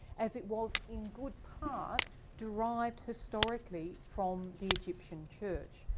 as it was in good part derived historically from the egyptian church.